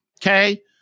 Okay